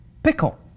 Pickle